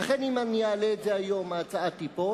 ולכן אם אני אעלה את זה היום ההצעה תיפול,